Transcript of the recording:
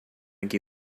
que